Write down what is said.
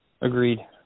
Agreed